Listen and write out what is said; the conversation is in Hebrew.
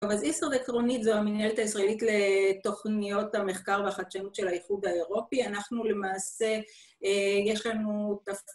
אז איסר עקרוני זו המנהלת הישראלית לתוכניות המחקר והחדשנות של הייחוד האירופי. אנחנו למעשה, יש לנו תפקיד...